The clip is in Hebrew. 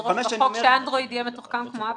שנדרוש בחוק שאנדרואיד יהיה מתוחכם כמו אפל?